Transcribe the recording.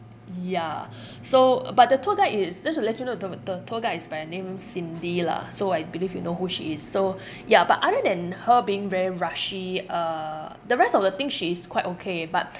ya so but the tour guide is just to let you know the the tour guide is by the name cindy lah so I believe you know who she is so ya but other than her being very rushy uh the rest of the thing she is quite okay but